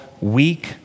weak